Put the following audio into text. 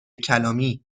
کلامی